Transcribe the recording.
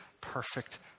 perfect